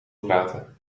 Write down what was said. praten